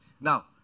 Now